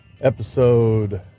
Episode